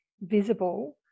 visible